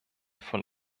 von